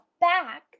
back